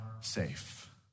safe